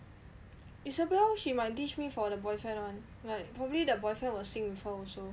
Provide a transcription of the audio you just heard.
isabel she might ditch me for the boyfriend [one] like probably the boyfriend will sync with her also